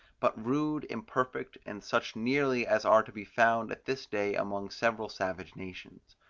but rude, imperfect, and such nearly as are to be found at this day among several savage nations.